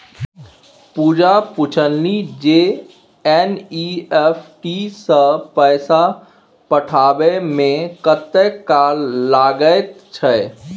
पूजा पूछलनि जे एन.ई.एफ.टी सँ पैसा पठेबामे कतेक काल लगैत छै